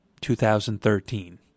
2013